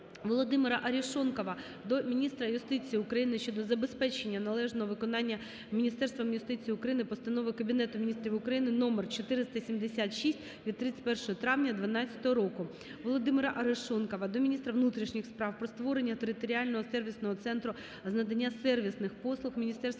Володимира Арешонкова до міністра юстиції України щодо забезпечення належного виконання Міністерством юстиції України постанови Кабінету Міністрів України № 476 від 31 травня 2012 року. Володимира Арешонкова до міністра внутрішніх справ про створення територіального сервісного центру з надання сервісних послуг Міністерства внутрішніх